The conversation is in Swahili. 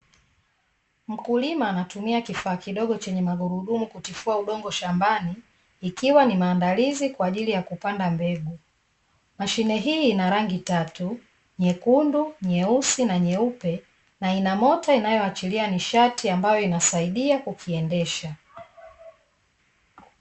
Mkulima anatumia kifaa kidogo chenye magurudumu kutifua udongo shambani, ikiwa ni maandalizi kwa ajili ya kupanda mbegu. Mashine hii ina rangi tatu; nyekundu, nyeusi na nyeupe na ina mota inayoachilia nishati ambayo inasaidia kukiendesha.